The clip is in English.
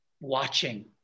watching